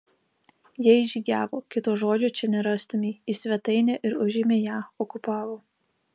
jie įžygiavo kito žodžio čia nerastumei į svetainę ir užėmė ją okupavo